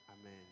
amen